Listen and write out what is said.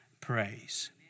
praise